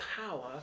power